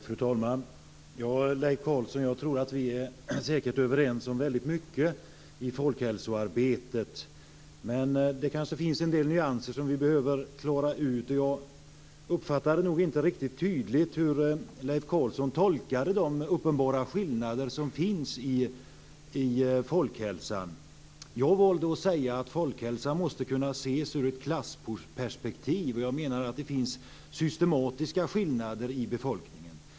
Fru talman! Leif Carlson och jag är säkert överens om väldigt mycket i folkhälsoarbetet. Men det kanske finns en del nyanser som vi behöver klara ut. Jag uppfattade inte riktigt tydligt hur Leif Carlson tolkar de uppenbara skillnader som finns i folkhälsan. Jag valde att säga att folkhälsan måste kunna ses ur ett klassperspektiv. Jag menar att det finns systematiska skillnader i befolkningen.